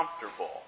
comfortable